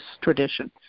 tradition